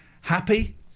Happy